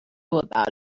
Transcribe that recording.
about